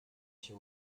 się